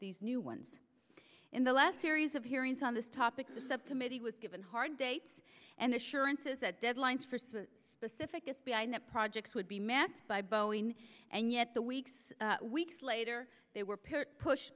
these new ones in the last series of hearings on this topic the subcommittee was given hard dates and assurances that deadlines for some specific get behind that projects would be met by boeing and yet the weeks weeks later they were pu